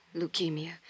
Leukemia